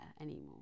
anymore